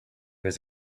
was